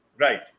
Right